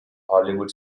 hollywood